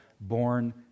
born